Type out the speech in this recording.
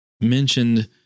mentioned